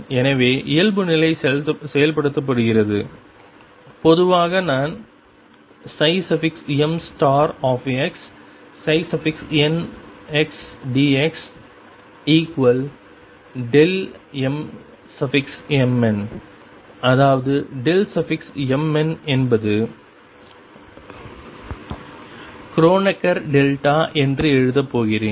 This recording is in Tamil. எனவே இயல்புநிலை செயல்படுத்தப்படுகிறது பொதுவாக நான் mxnxdxmn அதாவது mn என்பது ரோநெக்கர் டெல்டா என்று எழுதப் போகிறேன்